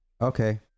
okay